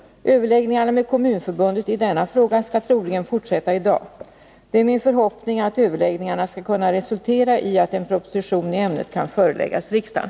Överläggningarna med Kommunförbundet i denna fråga skall troligen fortsätta i dag. Det är min förhoppning att överläggningarna skall kunna resultera i att en proposition i ämnet kan föreläggas riksdagen.